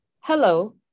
hello